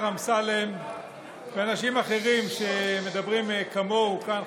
אמסלם ואנשים אחרים שמדברים כמוהו כאן,